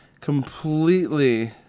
completely